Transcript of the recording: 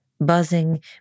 Buzzing